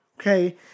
Okay